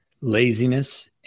laziness